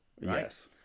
Yes